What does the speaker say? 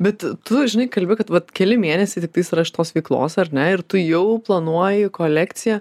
bet tu žinai kalbi kad vat keli mėnesiai tiktais yra šitos veiklos ar ne ir tu jau planuoji kolekciją